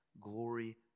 glory